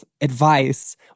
advice